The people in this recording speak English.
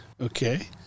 okay